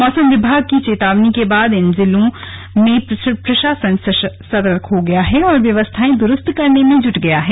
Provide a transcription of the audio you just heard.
मौसम विभाग की चेतावनी के बाद इन सभी जिलों में प्रशासन सतर्क हो गया है और व्यवस्थाएं दुरुस्त करने में जुट गया है